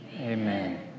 Amen